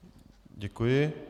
Děkuji.